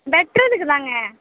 வெட்டுறதுக்கு தாங்க